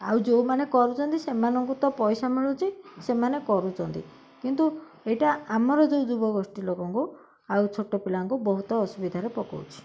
ଆଉ ଯେଉଁମାନେ କରୁଛନ୍ତି ସେମାନଙ୍କୁ ତ ପଇସା ମିଳୁଛି ସେମାନେ କରୁଛନ୍ତି କିନ୍ତୁ ଏଇଟା ଆମର ଯେଉଁ ଯୁବଗୋଷ୍ଠୀ ଲୋକଙ୍କୁ ଆଉ ଛୋଟ ପିଲାଙ୍କୁ ବହୁତ ଅସୁବିଧାରେ ପକଉଛି